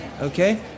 okay